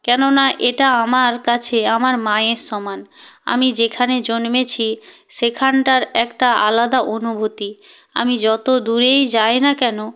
কেননা এটা আমার কাছে আমার মায়ের সমান আমি যেখানে জন্মেছি সেখানটার একটা আলাদা অনুভূতি আমি যত দূরেই যাই না কেন